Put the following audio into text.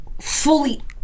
fully